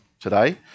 today